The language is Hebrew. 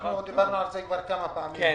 דיברנו על זה כבר כמה פעמים בוועדה,